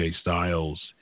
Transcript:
Styles